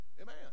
Amen